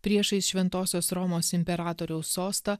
priešais šventosios romos imperatoriaus sostą